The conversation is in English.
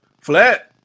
Flat